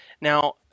Now